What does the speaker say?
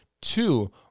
two